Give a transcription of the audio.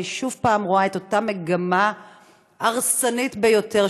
אני שוב רואה את אותה מגמה הרסנית ביותר,